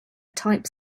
type